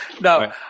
No